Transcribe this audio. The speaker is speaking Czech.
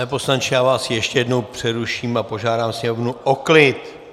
Pane poslanče, já vás ještě jednou přeruším a požádám sněmovnu o klid.